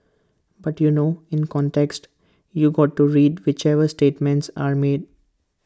but you know in context you got to read whichever statements are made